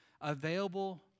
Available